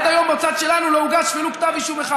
עד היום בצד שלנו לא הוגש ולו כתב אישום אחד.